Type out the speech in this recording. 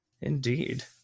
Indeed